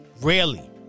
rarely